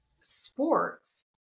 sports